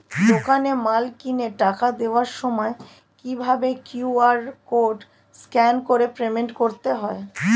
দোকানে মাল কিনে টাকা দেওয়ার সময় কিভাবে কিউ.আর কোড স্ক্যান করে পেমেন্ট করতে হয়?